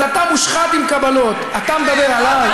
אז אתה מושחת עם קבלות, אתה מדבר עליי?